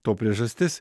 to priežastis